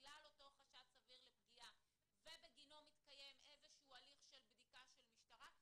בגל אותו חשד סביר לפגיעה ושבגינו מתקיים איזה הליך בדיקה של המשטרה.